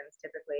typically